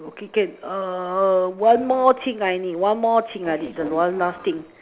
okay can err one more thing I need one more thing I need the one last thing